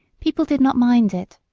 people did not mind it.